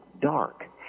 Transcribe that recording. dark